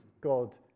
God